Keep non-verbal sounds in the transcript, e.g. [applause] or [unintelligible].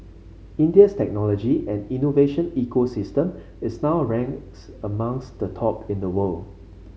India's technology and innovation ecosystem is now ranked [unintelligible] amongst the top in the world